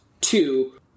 two